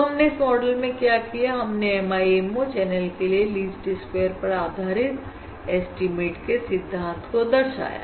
तो हमने इस मॉडल में क्या किया हमने MIMO चैनल के लिए लीस्ट स्क्वेयर पर आधारित एस्टीमेट के सिद्धांत को दर्शाया